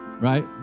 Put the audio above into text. right